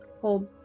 hold